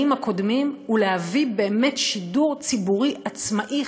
הקודמים ולהביא באמת שידור ציבורי עצמאי,